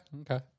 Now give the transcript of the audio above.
okay